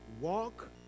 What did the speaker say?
walk